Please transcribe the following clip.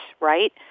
right